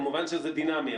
כמובן שזה דינמי,